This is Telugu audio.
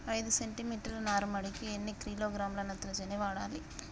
ఐదు సెంటిమీటర్ల నారుమడికి ఎన్ని కిలోగ్రాముల నత్రజని వాడాలి?